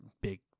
big